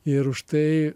ir už tai